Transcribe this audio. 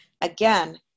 Again